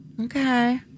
Okay